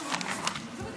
שלוש דקות, בבקשה.